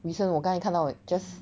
listen 我刚才看到的 just